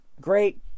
Great